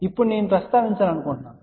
ఇప్పుడు నేను ప్రస్తావించాలనుకుంటున్నాను